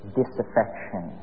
disaffection